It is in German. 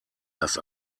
das